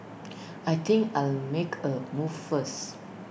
I think I'll make A move first